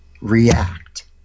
react